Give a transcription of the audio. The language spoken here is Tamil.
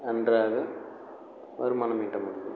அன்றாட வருமானம் ஈட்ட முடியும்